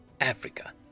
Africa